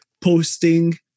posting